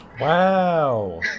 Wow